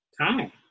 time